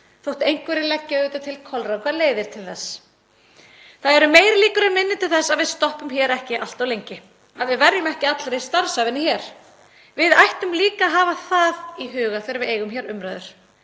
þótt einhverjir leggi auðvitað til kolrangar leiðir til þess. Það eru meiri líkur en minni til þess að við stoppum hér ekki allt of lengi, að við verjum ekki allri starfsævinni hér. Við ættum líka að hafa það í huga þegar við eigum hér umræður